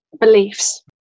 beliefs